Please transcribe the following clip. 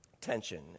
tension